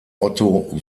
otto